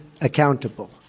accountable